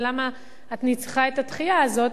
ולמה אני צריכה את הדחייה הזאת,